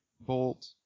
Bolt